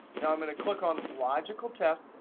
now i'm going to click on logical test.